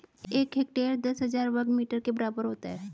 एक हेक्टेयर दस हजार वर्ग मीटर के बराबर होता है